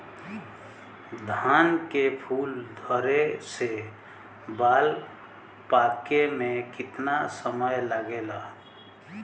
धान के फूल धरे से बाल पाके में कितना समय लागेला?